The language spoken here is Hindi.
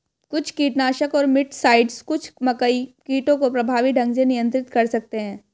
कुछ कीटनाशक और मिटसाइड्स कुछ मकई कीटों को प्रभावी ढंग से नियंत्रित कर सकते हैं